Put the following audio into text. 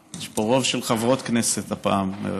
יש פה רוב של חברות כנסת הפעם,